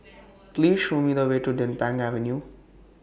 Please Show Me The Way to Din Pang Avenue